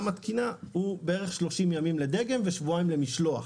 התקינה הוא שבערך 30 ימים לדגם ושבועיים למשלוח.